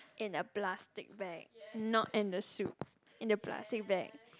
in a plastic bag not in the soup in a plastic bag